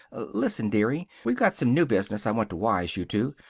listen, dearie. we've got some new business i want to wise you to.